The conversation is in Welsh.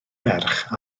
ferch